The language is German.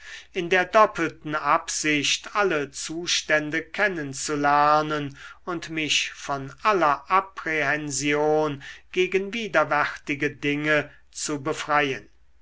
in der doppelten absicht alle zustände kennen zu lernen und mich von aller apprehension gegen widerwärtige dinge zu befreien